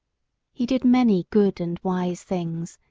he did many good and wise things,